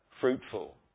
fruitful